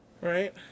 right